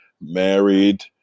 married